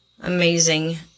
amazing